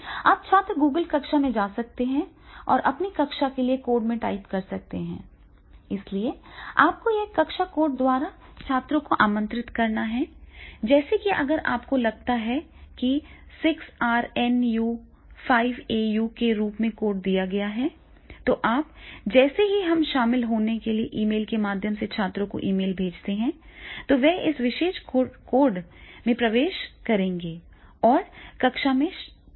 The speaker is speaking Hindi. अब छात्र Google कक्षा में जा सकते हैं और अपनी कक्षा के लिए कोड में टाइप कर सकते हैं इसलिए आपको यहाँ कक्षा कोड द्वारा छात्रों को आमंत्रित करना है जैसे कि अगर आपको लगता है कि 6rnu5aO के रूप में एक कोड दिया गया है तो अब जैसे ही हम शामिल होने के लिए ईमेल के माध्यम से छात्रों को एक ईमेल भेजते हैं वे इस विशेष कोड में प्रवेश करेंगे और आज की कक्षा में प्रवेश करेंगे